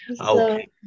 Okay